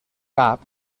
cap